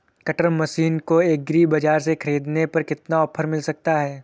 Cutter machine को agri बाजार से ख़रीदने पर कितना ऑफर मिल सकता है?